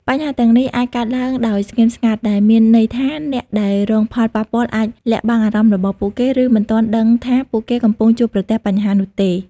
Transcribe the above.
បញ្ហាទាំងនេះអាចកើតឡើងដោយស្ងៀមស្ងាត់ ដែលមានន័យថាអ្នកដែលរងផលប៉ះពាល់អាចលាក់បាំងអារម្មណ៍របស់ពួកគេ ឬមិនទាន់ដឹងថាពួកគេកំពុងជួបប្រទះបញ្ហានោះទេ។